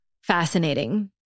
fascinating